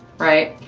right?